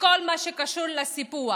בכל מה שקשור לסיפוח.